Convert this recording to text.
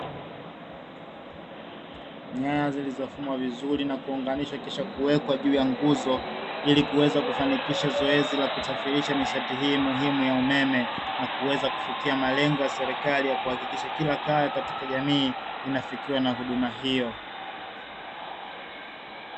Nyaya zilizofungwa vizuri na kuunganishwa, kisha kuwekwa juu ya nguzo ili kuweza kufanikisha zoezi la kusafirisha nishati hii muhimu ya umeme, na kuweza kufikia malengo ya serikali ya kuhakikisha kila kaya katika jamii inafikiwa na huduma hiyo.